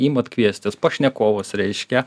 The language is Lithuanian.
imat kviestis pašnekovus reiškia